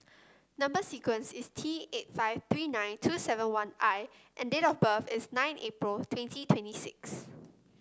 number sequence is T eight five three nine two seven one I and date of birth is nine April twenty twenty six